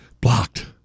Blocked